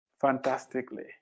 fantastically